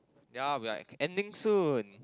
ya we're like ending soon